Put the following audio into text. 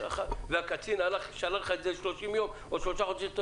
והקצין שלל לך ל-30 יום או שלושה חודשים?